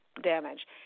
damage